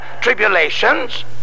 tribulations